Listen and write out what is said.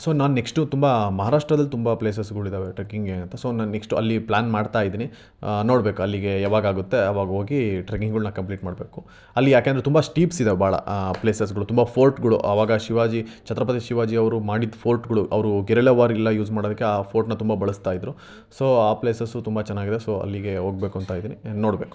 so ನಾನು next ತುಂಬ ಮಹಾರಾಷ್ಟ್ರದಲ್ಲಿ ತುಂಬ ಪ್ಲೇಸಸ್ಗಳು ಇದ್ದಾವೆ ಟ್ರೆಕ್ಕಿಂಗ್ಗೆ ಅಂತ ಸೊ ನಾನು ನೆಕ್ಸ್ಟು ಅಲ್ಲಿ ಪ್ಲಾನ್ ಮಾಡ್ತಾ ಇದ್ದೀನಿ ನೋಡ್ಬೇಕು ಅಲ್ಲಿಗೆ ಯಾವಾಗ ಆಗುತ್ತೆ ಅವಾಗ ಹೋಗಿ ಟ್ರೆಕಿಂಗ್ಗಳ್ನ ಕಂಪ್ಲೀಟ್ ಮಾಡಬೇಕು ಅಲ್ಲಿ ಯಾಕೆಂದ್ರೆ ತುಂಬ ಸ್ಟೀಪ್ಸ್ ಇದಾವೆ ಭಾಳ ಪ್ಲೇಸಸ್ಗಳು ತುಂಬ ಫೋರ್ಟ್ಗಳು ಅವಾಗ ಶಿವಾಜಿ ಛತ್ರಪತಿ ಶಿವಾಜಿ ಅವರು ಮಾಡಿದ ಫೋರ್ಟ್ಗಳು ಅವರು ಗೆರಿಲ್ಲಾ ವಾರ್ ಎಲ್ಲ ಯೂಸ್ ಮಾಡೋದಕ್ಕೆ ಆ ಫೋರ್ಟ್ನ ತುಂಬ ಬಳಸ್ತಾ ಇದ್ದರು ಸೋ ಆ ಪ್ಲೇಸಸ್ಸೂ ತುಂಬ ಚೆನ್ನಾಗಿದೆ ಸೊ ಅಲ್ಲಿಗೆ ಹೋಗಬೇಕು ಅಂತ ಇದ್ದೀನಿ ನೋಡಬೇಕು